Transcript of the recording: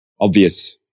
obvious